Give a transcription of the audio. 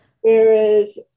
Whereas